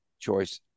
choice